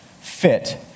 fit